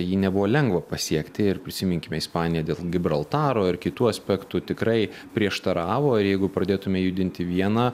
jį nebuvo lengva pasiekti ir prisiminkime ispaniją dėl gibraltaro ir kitų aspektų tikrai prieštaravo ir jeigu pradėtume judinti vieną